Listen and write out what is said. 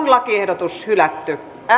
lakiehdotus hylätään